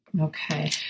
Okay